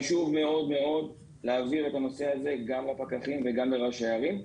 חשוב מאוד מאוד להעביר את הנושא הזה גם לפקחים וגם לראשי הערים,